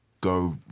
go